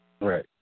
Right